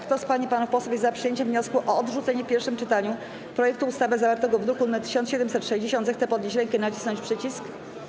Kto z pań i panów posłów jest przyjęciem wniosku o odrzucenie w pierwszym czytaniu projektu ustawy zawartego w druku nr 1760, zechce podnieść rękę i nacisnąć przycisk.